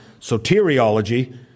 soteriology